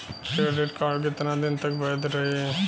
Credit card कितना दिन तक वैध रही?